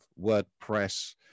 WordPress